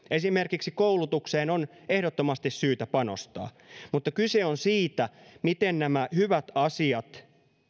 esimerkiksi koulutukseen on ehdottomasti syytä panostaa mutta kyse on siitä miten nämä hyvät asiat